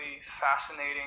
fascinating